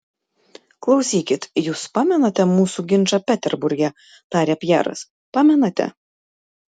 klausykit jus pamenate mūsų ginčą peterburge tarė pjeras pamenate